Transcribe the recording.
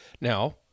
Now